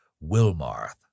Wilmarth